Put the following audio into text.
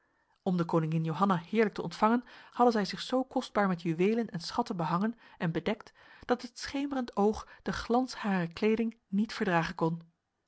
om de koningin johanna heerlijk te ontvangen hadden zij zich zo kostbaar met juwelen en schatten behangen en bedekt dat het schemerend oog de glans harer kleding niet verdragen kon